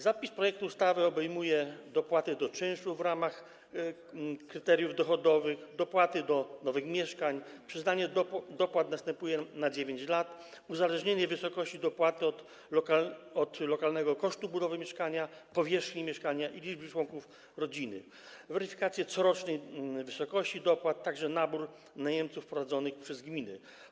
Zapisy projektu ustawy obejmują: dopłaty do czynszu w ramach kryteriów dochodowych, dopłaty do nowych mieszkań, przyznanie dopłat następuje na 9 lat, uzależnienie wysokości dopłaty od lokalnego kosztu budowy mieszkania, powierzchni mieszkania i liczby członków rodziny, weryfikację corocznej wysokości dopłat, a także nabór najemców prowadzony przez gminy.